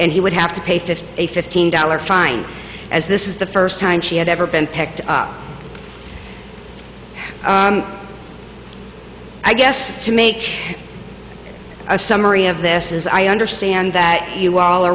and he would have to pay fifty fifteen dollars fine as this is the first time she had ever been picked up i guess to make a summary of this is i understand that you all